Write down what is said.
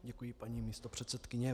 Děkuji, paní místopředsedkyně.